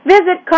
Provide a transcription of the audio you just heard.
Visit